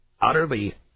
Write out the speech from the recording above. utterly